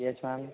yes ma'am